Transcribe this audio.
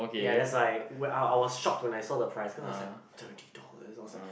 ya that's why wh~ I I was shocked when I saw the price cause I was like thirty dollars I was like